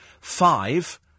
five